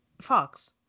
Fox